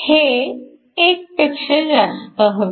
हे 1 पेक्षा जास्त हवे